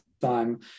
time